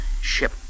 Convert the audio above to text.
ship